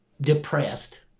depressed